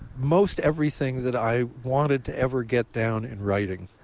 most everything that i wanted to ever get down in writing,